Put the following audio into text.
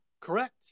correct